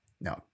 no